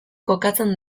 kokatzen